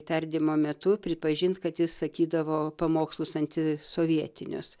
tardymo metu pripažint kad jis sakydavo pamokslus antisovietinius